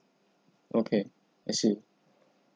okay I see